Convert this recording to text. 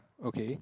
okay